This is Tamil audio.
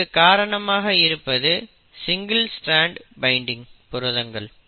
இதற்கு காரணமாக இருப்பது சிங்கிள் ஸ்ட்ரான்ட் பைன்டிங் புரதங்கள்